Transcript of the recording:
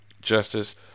justice